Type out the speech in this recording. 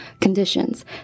conditions